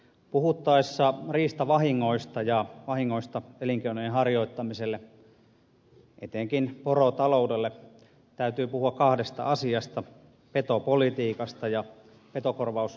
puhuttaessa riistavahingoista ja vahingoista elinkeinojen harjoittamiselle etenkin porotaloudelle täytyy puhua kahdesta asiasta petopolitiikasta ja petokorvausjärjestelmästä